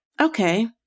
Okay